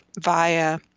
via